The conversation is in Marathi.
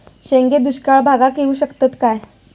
शेंगे दुष्काळ भागाक येऊ शकतत काय?